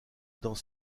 dans